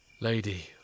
Lady